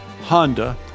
Honda